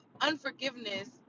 unforgiveness